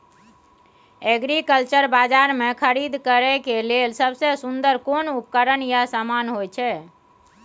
Agriculture बाजार में खरीद करे के लेल सबसे सुन्दर कोन उपकरण या समान होय छै?